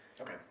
Okay